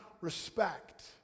respect